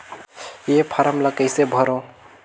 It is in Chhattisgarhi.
ये फारम ला कइसे भरो?